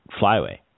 flyway